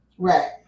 Right